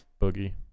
Boogie